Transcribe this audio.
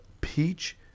peach